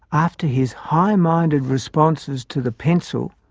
after his high-minded responses to the pencil,